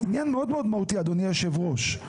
זה עניין מאוד מאוד מהותי אדוני היושב ראש,